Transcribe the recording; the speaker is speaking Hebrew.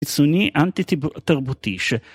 קיצוני אנטי תרבותי ש...